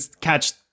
catch